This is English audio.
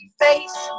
face